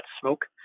smoke